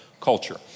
culture